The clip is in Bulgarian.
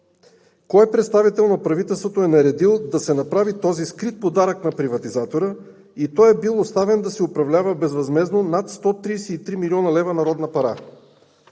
Кой представител на правителството е наредил да се направи този скрит подарък на приватизатора и е бил оставен да си управлява безвъзмездно над 133 млн. лв. народна пара